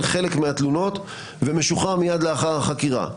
חלק מהתלונות ומשוחרר מיד לאחר החקירה.